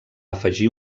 afegir